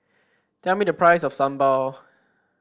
tell me the price of sambal